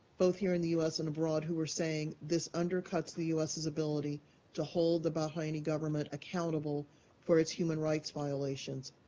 both here in the u s. and abroad, who are saying this undercuts the u s. ability to hold the bahraini government accountable for its human rights violations.